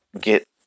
get